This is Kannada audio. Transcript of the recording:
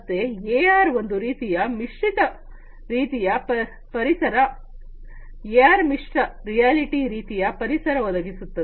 ಮತ್ತೆ ಎಆರ್ ಒಂದು ರೀತಿಯ ಮಿಶ್ರಿತ ರೀತಿಯ ಪರಿಸರ ವಿಆರ್ ಮಿಶ್ರ ರಿಯಾಲಿಟಿ ರೀತಿಯ ಪರಿಸರ ಒದಗಿಸುತ್ತದೆ